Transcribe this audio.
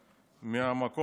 מהמקום הזה.